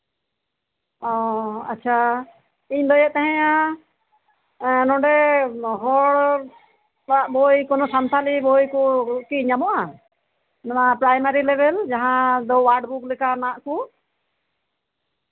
ᱚ ᱤᱧ ᱞᱟᱹᱭᱮᱫ ᱛᱟᱦᱮᱸᱱᱟ ᱱᱚᱸᱰᱮ ᱦᱚᱲᱟᱜ ᱵᱳᱭ ᱠᱚᱦᱚᱸ ᱥᱟᱱᱛᱟᱞᱤ ᱵᱳᱭ ᱠᱚᱦᱚᱸ ᱠᱤ ᱧᱟᱢᱚᱜᱼᱟ ᱱᱚᱣᱟ ᱯᱨᱷᱟᱭᱢᱟᱨᱤ ᱞᱮᱵᱮᱞ ᱡᱟᱦᱟᱸ ᱫᱚ ᱚᱣᱟᱨᱰ ᱵᱩᱠ ᱞᱮᱠᱟᱱᱟᱜ ᱠᱚ